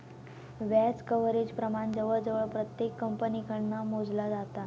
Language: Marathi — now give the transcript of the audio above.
व्याज कव्हरेज प्रमाण जवळजवळ प्रत्येक कंपनीकडना मोजला जाता